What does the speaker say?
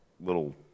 little